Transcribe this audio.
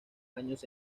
años